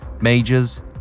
Majors